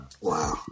Wow